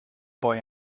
boy